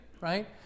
right